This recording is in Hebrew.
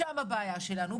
שם הבעיה שלנו,